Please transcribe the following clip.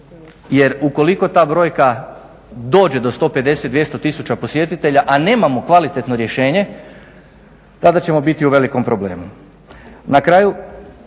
Jer ukoliko ta brojka dođe do 150, 200 tisuća posjetitelja a nemamo kvalitetno rješenje tada ćemo biti u velikom problemu.